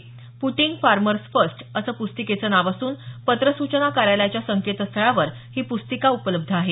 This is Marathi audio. पुटींग फार्मर्स फस्ट असं पुस्तिकेचं नाव असून पत्र सूचना कार्यालयाच्या संकेतस्थळावर ही पुस्तिका उपलब्ध आहे